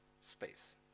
space